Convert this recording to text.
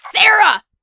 Sarah